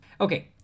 Okay